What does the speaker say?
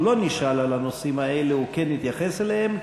לא נשאל על הנושאים האלה הוא כן התייחס אליהם,